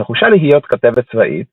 נחושה להיות כתבת צבאית,